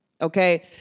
Okay